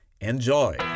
Enjoy